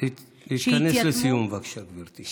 להתכנס לסיום, בבקשה, גברתי.